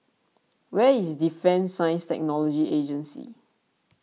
where is Defence Science and Technology Agency